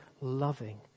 loving